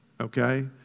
okay